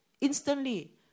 instantly